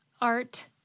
art